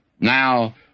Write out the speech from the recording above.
Now